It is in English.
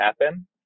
happen